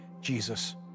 Jesus